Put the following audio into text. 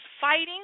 fighting